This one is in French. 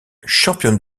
championne